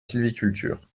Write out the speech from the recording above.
sylviculture